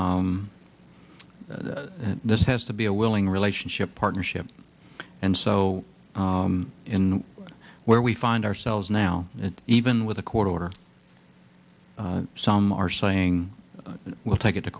this has to be a willing relationship partnership and so in where we find ourselves now even with a court order some are saying we'll take it to